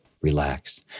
relax